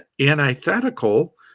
antithetical